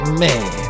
man